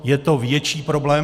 Je to větší problém.